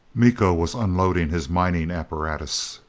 miko was unloading his mining apparatus!